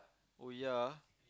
oh ya ah